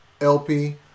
LP